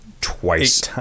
twice